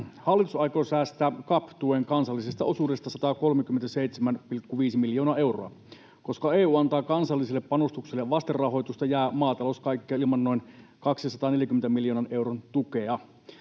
Hallitus aikoo säästää CAP-tuen kansallisesta osuudesta 137,5 miljoonaa euroa. Koska EU antaa kansallisille panostuksille vastinrahoitusta, jää maatalous kaikkiaan ilman noin 240 miljoonan euron tukea.